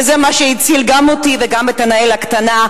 וזה מה שהציל גם אותי וגם את ענאל הקטנה.